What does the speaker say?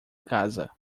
casa